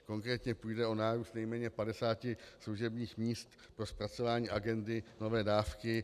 Konkrétně půjde o nárůst nejméně 50 služebních míst pro zpracování agendy nové dávky.